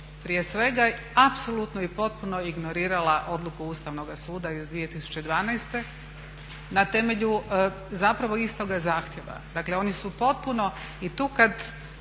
prije svega apsolutno i potpuno ignorirala odluku Ustavnoga suda iz 2012. na temelju zapravo istoga zahtjeva. Dakle oni su potpuno i tu kada